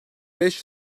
beş